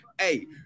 Hey